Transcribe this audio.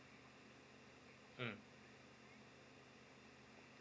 mm